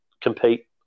compete